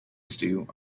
stew